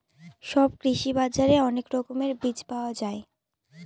সব কৃষি বাজারে অনেক রকমের বীজ পাওয়া যায়